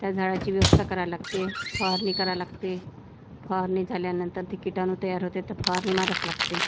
त्या झाडाची व्यवस्था करायला लागते फवारणी करायला लागते फवारणी झाल्यानंतर ते किटाणू तयार होते तर फवारणी मारावीच लागते